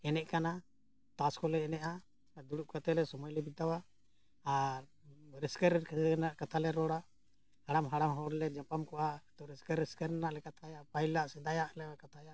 ᱮᱱᱮᱡ ᱠᱟᱱᱟ ᱛᱟᱥ ᱠᱚᱞᱮ ᱮᱱᱮᱡᱼᱟ ᱫᱩᱲᱩᱵ ᱠᱟᱛᱮᱫ ᱞᱮ ᱥᱚᱢᱚᱭ ᱞᱮ ᱵᱤᱛᱟᱹᱣᱟ ᱟᱨ ᱨᱟᱹᱥᱠᱟᱹ ᱨᱮᱱᱟᱜ ᱠᱟᱛᱷᱟ ᱞᱮ ᱨᱚᱲᱟ ᱦᱟᱲᱟᱢ ᱦᱟᱲᱟᱢ ᱦᱚᱲ ᱞᱮ ᱧᱟᱯᱟᱢ ᱠᱚᱜᱼᱟ ᱛᱚ ᱨᱟᱹᱥᱠᱟᱹ ᱨᱟᱹᱥᱠᱟᱹ ᱨᱮᱱᱟᱜ ᱞᱮ ᱠᱟᱛᱷᱟᱭᱟ ᱯᱟᱦᱤᱞᱟᱜ ᱥᱮᱫᱟᱭᱟᱜ ᱞᱮ ᱠᱟᱛᱷᱟᱭᱟ